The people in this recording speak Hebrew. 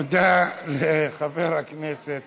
תודה לחבר הכנסת